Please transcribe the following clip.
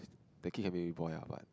the kid can make me boil ah but